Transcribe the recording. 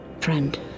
friend